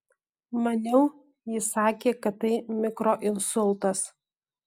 maniau jis sakė kad tai mikroinsultas